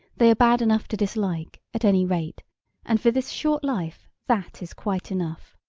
they are bad enough to dislike, at any rate and for this short life that is quite enough.